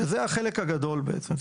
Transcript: שזה החלק הגדול בעצם.